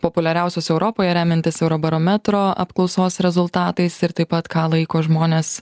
populiariausios europoje remiantis eurobarometro apklausos rezultatais ir taip pat ką laiko žmonės